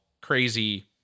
crazy